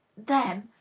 them.